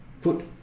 put